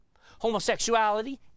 Homosexuality